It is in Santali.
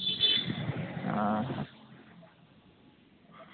ᱚᱻ